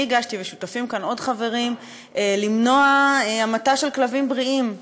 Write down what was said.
אני הגשתי ושותפים לה עוד חברים: למנוע המתה של כלבים בריאים.